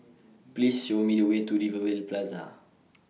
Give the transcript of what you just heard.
Please Show Me The Way to Rivervale Plaza